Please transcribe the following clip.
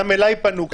גם אליי פנו.